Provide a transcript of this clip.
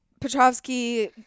Petrovsky